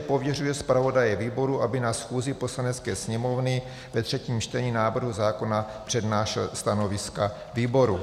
Pověřuje zpravodaje výboru, aby na schůzi Poslanecké sněmovny ve třetím čtení k návrhu zákona přednášel stanoviska výboru.